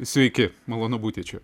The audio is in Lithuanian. sveiki malonu būti čia